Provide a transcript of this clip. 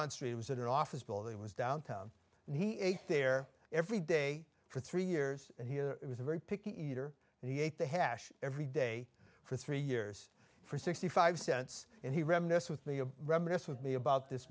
that an office building was downtown and he ate there every day for three years and here was a very picky eater and he ate the hash every day for three years for sixty five cents and he reminisce with me a reminisced with me about this